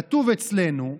כתוב אצלנו,